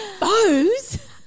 Bows